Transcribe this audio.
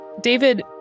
David